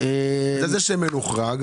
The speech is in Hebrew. איזה שמן הוחרג?